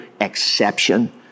exception